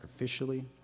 sacrificially